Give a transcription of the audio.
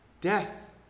Death